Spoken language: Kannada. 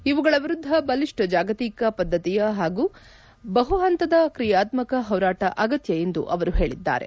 ಇವುಗಳ ವಿರುದ್ಧ ಬಲಿಷ್ಠ ಜಾಗತಿಕ ಬದ್ಧತೆಯ ಹಾಗೂ ಬಹುಹಂತದ ಕ್ರಿಯಾತ್ಮಕ ಹೋರಾಟ ಅಗತ್ಯ ಎಂದು ಅವರು ಹೇಳಿದ್ದಾರೆ